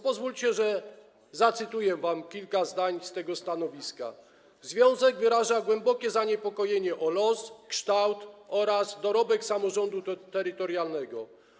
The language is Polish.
Pozwólcie, że zacytuję wam kilka zdań z tego stanowiska: Związek wyraża głębokie zaniepokojenie o los, kształt oraz dorobek samorządu terytorialnego.